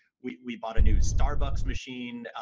we bought a new starbucks machine.